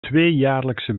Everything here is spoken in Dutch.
tweejaarlijkse